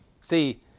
See